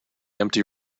empty